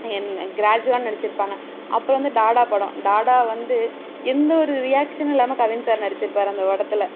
என் க்ராஜுவலா நடிச்சுருப்பாங்க அப்புறம் வந்து டாடா படம் டாடா வந்து எந்த ஒரு ரியாக்ஷனும் இல்லாமல் கவின் சார் நடிச்சுருப்பாரு அந்த படத்தில்